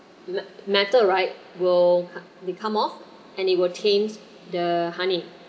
me~ metal right will they come off and it will stains the honey